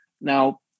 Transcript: Now